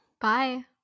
Bye